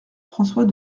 françois